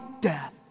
death